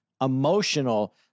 emotional